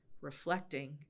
reflecting